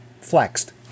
flexed